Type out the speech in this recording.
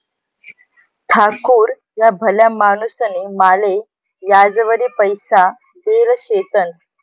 ठाकूर ह्या भला माणूसनी माले याजवरी पैसा देल शेतंस